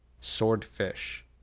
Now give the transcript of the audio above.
swordfish